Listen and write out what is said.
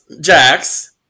Jax